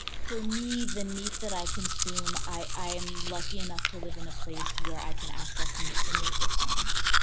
for me, the meat that i consume i am lucky enough to live in a place where i can access meat from local farms.